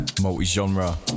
multi-genre